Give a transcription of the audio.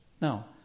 Now